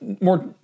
more